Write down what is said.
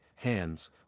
hands